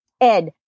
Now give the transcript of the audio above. Ed